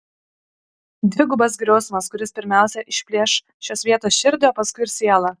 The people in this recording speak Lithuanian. dvigubas griausmas kuris pirmiausia išplėš šios vietos širdį o paskui ir sielą